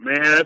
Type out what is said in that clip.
Man